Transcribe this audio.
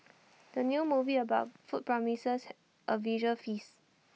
the new movie about food promises A visual feast